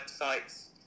websites